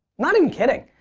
not even kidding.